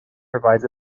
provides